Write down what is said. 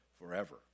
forever